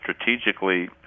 strategically